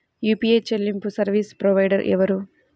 UPI చెల్లింపు service provider ఎవరు?